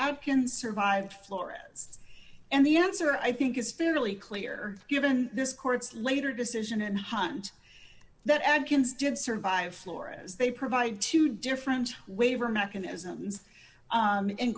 atkins survived florence and the answer i think is fairly clear given this court's later decision and hunt that adkins did survive flora as they provide two different waiver mechanism